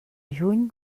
juny